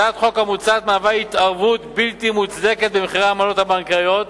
הצעת החוק המוצעת מהווה התערבות בלתי מוצדקת במחירי העמלות הבנקאיות